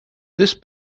this